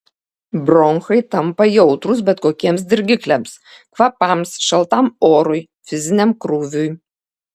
bronchai tampa jautrūs bet kokiems dirgikliams kvapams šaltam orui fiziniam krūviui